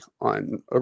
on